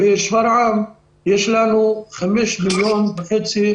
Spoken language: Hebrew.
בשפרעם אנחנו גובים בכל חודש כמעט 5.5 מיליון שקל.